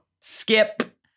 Skip